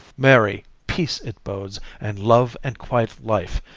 marry, peace it bodes, and love, and quiet life,